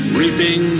reaping